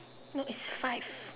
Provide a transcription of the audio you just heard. no is five